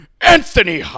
Anthony